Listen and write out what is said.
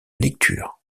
lecture